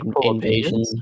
Invasion